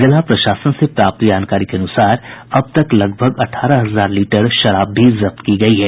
जिला प्रशासन से प्राप्त जानकारी के अनुसार अब तक लगभग अठारह हजार लीटर शराब भी जब्त की गयी है